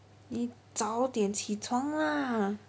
你早点起床你早点起床啦:ni zao dian qi chuang la